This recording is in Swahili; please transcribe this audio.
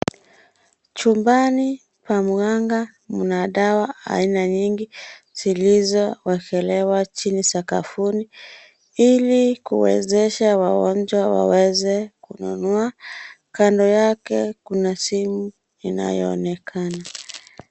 Chumbani mwa mkanga mna Sawa aina nyingi zilizoekelewa chini sakafuni ili kuwezesha wagonjwa waweze kununua ,Kando yake kuna simu inayoonekana.